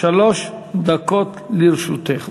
שלוש דקות לרשותך,